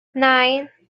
nine